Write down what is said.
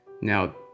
Now